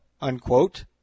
unquote